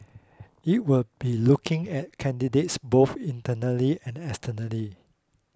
it will be looking at candidates both internally and externally